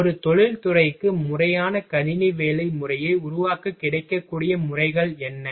ஒரு தொழிற்துறைக்கு முறையான கணினி வேலை முறையை உருவாக்க கிடைக்கக்கூடிய முறைகள் என்ன